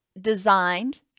designed